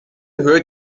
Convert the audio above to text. hör